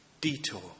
detour